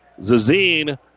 Zazine